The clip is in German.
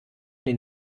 den